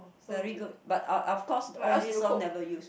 very good but uh uh of course all these all never use